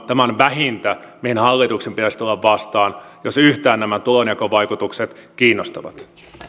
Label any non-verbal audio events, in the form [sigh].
[unintelligible] tämä on vähintä mihin hallituksen pitäisi tulla vastaan jos yhtään nämä tulonjakovaikutukset kiinnostavat